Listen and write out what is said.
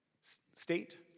state